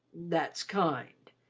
that's kind,